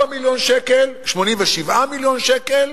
87 מיליון שקל